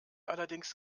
allerdings